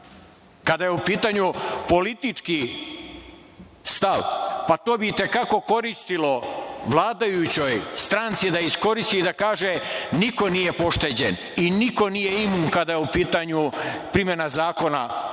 Kada je u pitanju politički stav, pa to bi i te kako koristilo vladajućoj stranci da iskoristi da kaže – niko nije pošteđen i niko nije imun kada je u pitanju primena zakona,